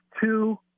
two